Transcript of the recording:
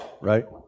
right